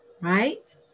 Right